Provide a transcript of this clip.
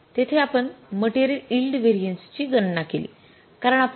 तेथे आपण material yield व्हेरिएन्सची गणना केली